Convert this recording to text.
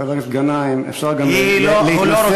חבר הכנסת גנאים, אפשר גם להתנסח, היא לא רוצה.